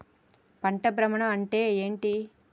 పంట భ్రమణం అంటే ఏంటి?